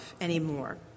anymore